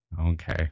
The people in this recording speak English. Okay